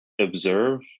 observe